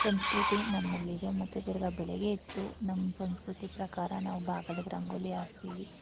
ಸಂಸ್ಕೃತಿ ನಮ್ಮಲ್ಲಿದೆ ಮತ್ತು ತಿರ್ಗಿ ಬೆಳಗ್ಗೆ ಎದ್ದು ನಮ್ಮ ಸಂಸ್ಕೃತಿ ಪ್ರಕಾರ ನಾವು ಬಾಗಲಿಗೆ ರಂಗೋಲಿ ಹಾಕ್ತೀವಿ